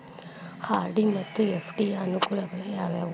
RD ಮತ್ತು FD ಯ ಅನುಕೂಲಗಳು ಯಾವವು?